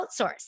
outsource